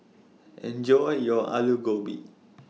Enjoy your Alu Gobi